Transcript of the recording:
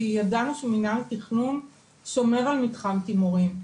כי ידענו שמינהל התכנון שומר על מתחם תימורים,